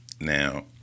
Now